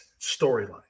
storyline